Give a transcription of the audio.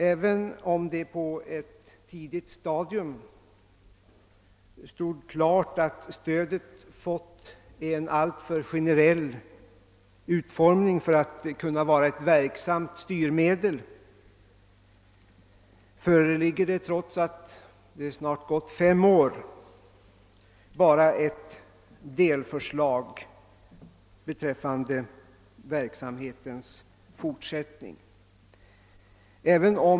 även om det på ett tidigt stadium stod klart att stödet fått en alltför generell utformning för att kunna vara ett verksamt styrmedel föreligger det, trots att det gått snart fem år, nu bara ett delförslag till verksamhetens fortsättning.